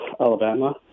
Alabama